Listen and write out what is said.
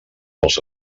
dels